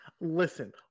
listen